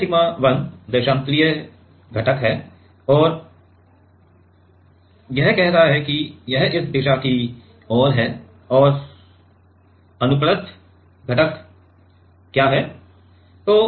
यह sigma l देशांतरीय घटक है और यह कह रहा है कि यह इस दिशा की ओर है और अनुप्रस्थ घटक क्या है